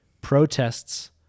protests